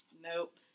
Nope